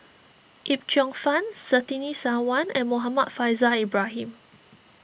Yip Cheong Fun Surtini Sarwan and Muhammad Faishal Ibrahim